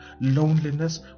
loneliness